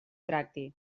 tracti